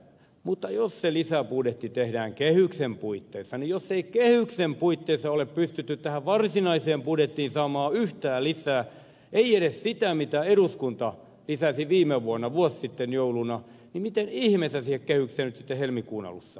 mutta jos se lisäbudjetti tehdään kehyksen puitteissa niin jos ei kehyksen puitteissa ole pystytty tähän varsinaiseen budjettiin saamaan yhtään lisää ei edes sitä mitä eduskunta lisäsi viime vuonna vuosi sitten jouluna niin miten ihmeessä siihen kehykseen nyt sitten helmikuun alussa saa